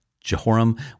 Jehoram